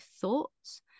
thoughts